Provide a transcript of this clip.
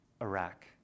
Iraq